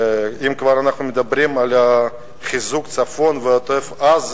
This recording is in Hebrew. ואם כבר אנחנו מדברים על חיזוק הצפון ועוטף-עזה,